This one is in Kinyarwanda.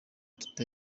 teta